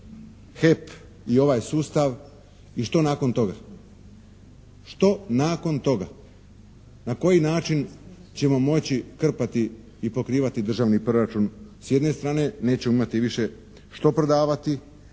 HEP i ovaj sustav. I što nakon toga? Što nakon toga? Na koji način ćemo moći krpati i pokrivati državni s jedne strane? Nećemo imati više što prodavati.